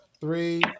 three